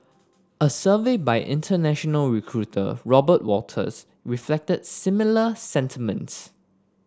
a survey by international recruiter Robert Walters reflected similar sentiments